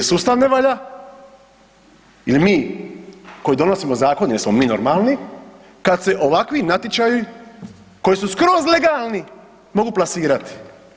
Je li sustav ne valja ili mi koji donosimo zakon, je li smo mi normalni kad se ovakvi natječaji koji su skroz legalni mogu plasirati?